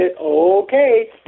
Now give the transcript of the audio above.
okay